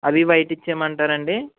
అవీ వైట్ ఇచ్చేయమంటారండి